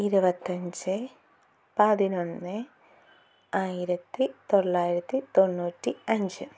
ഇരുപത്തഞ്ച് പതിനൊന്ന് ആയിരത്തി തൊള്ളായിരത്തി തൊണ്ണൂറ്റി അഞ്ച്